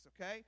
okay